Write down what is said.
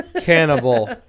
cannibal